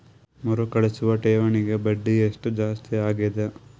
ಮರುಕಳಿಸುವ ಠೇವಣಿಗೆ ಬಡ್ಡಿ ಎಷ್ಟ ಜಾಸ್ತಿ ಆಗೆದ?